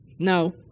No